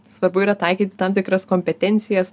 svarbu yra taikyti tam tikras kompetencijas